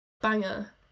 banger